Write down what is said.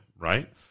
right